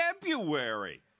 February